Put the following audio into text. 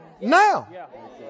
Now